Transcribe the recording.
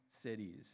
cities